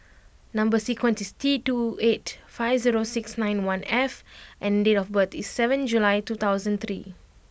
number sequence is T two eight five zero six nine one F and date of birth is seventh July two thousand three